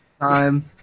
time